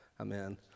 Amen